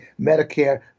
Medicare